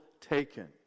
taken